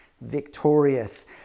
victorious